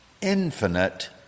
infinite